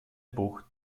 bucht